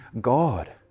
God